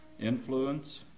influence